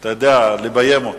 אתה יודע, לביים אותו.